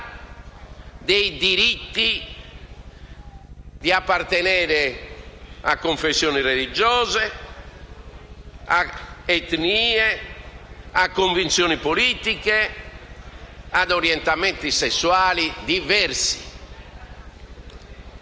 dei diritti di appartenere a confessioni religiose, a etnie, a convinzioni politiche, ad orientamenti sessuali diversi.